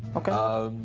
ok.